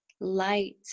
Light